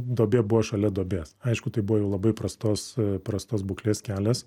duobė buvo šalia duobės aišku tai buvo jau labai prastos prastos būklės kelias